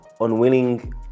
unwilling